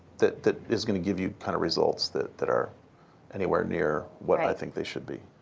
that that is going to give you kind of results that that are anywhere near what i think they should be.